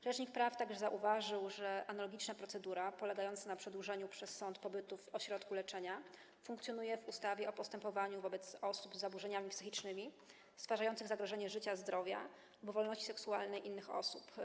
Rzecznik praw obywatelskich zauważył także, że analogiczna procedura polegająca na przedłużaniu przez sąd pobytu w ośrodku leczenia funkcjonuje w ustawie o postępowaniu wobec osób z zaburzeniami psychicznymi stwarzających zagrożenie życia, zdrowia lub wolności seksualnej innych osób.